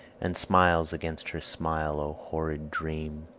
and smiles against her smile o horrid dream!